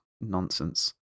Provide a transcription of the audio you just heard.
nonsense